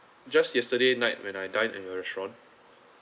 just yesterday night when I dine in the restaurant